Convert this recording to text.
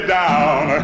down